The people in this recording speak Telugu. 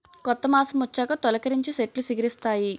కొత్త మాసమొచ్చాక తొలికరించి సెట్లు సిగిరిస్తాయి